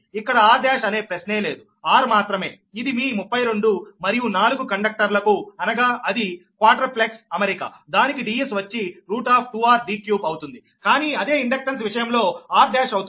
ఇక్కడ r1 అనే ప్రశ్నే లేదు r మాత్రమే ఇది మీ 32 మరియు 4 కండక్టర్లకు అనగా అది క్వాడ్రప్లెక్స్ అమరిక దానికి Ds వచ్చి 2r d3అవుతుంది కానీ అదే ఇండక్టెన్స్ విషయంలో r1 అవుతుంది